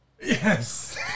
Yes